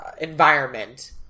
environment